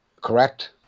Correct